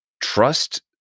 trust